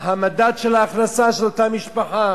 המדד של ההכנסה של אותה משפחה.